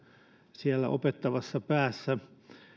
siellä opettavassa päässä